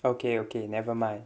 okay okay nevermind